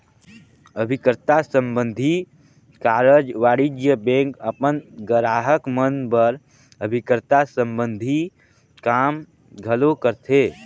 अभिकर्ता संबंधी कारज वाणिज्य बेंक अपन गराहक मन बर अभिकर्ता संबंधी काम घलो करथे